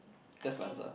I think